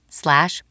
slash